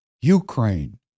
Ukraine